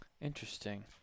Interesting